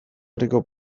herriko